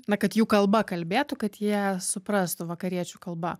na kad jų kalba kalbėtų kad jie suprastų vakariečių kalba